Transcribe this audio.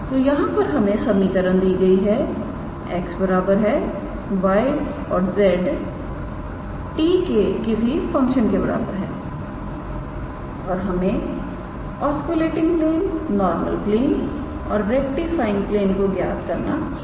तो यहां पर हमें समीकरण दी गई है x बराबर है y औरz t के किसी फंक्शन के बराबर है और हमें ऑस्कुलेटिंग प्लेन नॉर्मल प्लेन और रेक्टिफाइंग प्लेन को ज्ञात करना होगा